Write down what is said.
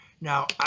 Now